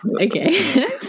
Okay